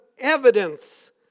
evidence